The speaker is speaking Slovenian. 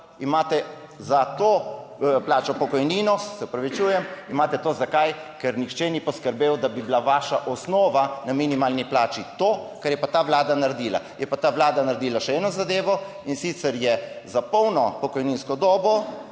imate za to plačo, pokojnino, se opravičujem, imate to, zakaj, ker nihče ni poskrbel, da bi bila vaša osnova na minimalni plači. To, kar je pa ta Vlada naredila. Je pa ta Vlada naredila še eno zadevo in sicer je za polno pokojninsko dobo